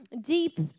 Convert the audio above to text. deep